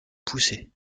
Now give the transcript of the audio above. poussée